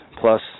plus